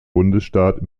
bundesstaat